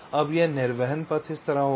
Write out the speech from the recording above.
तो अब यह निर्वहन पथ इस तरह होगा